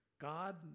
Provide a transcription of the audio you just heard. God